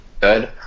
good